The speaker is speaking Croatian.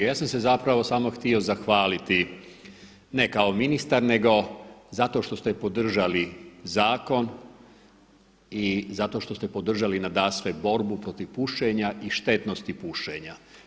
Ja sam se zapravo samo htio zahvaliti, ne kao ministar, nego zato što ste podržali zakon i zato što ste podržali nadasve borbu protiv pušenja i štetnosti pušenja.